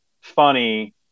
funny